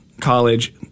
college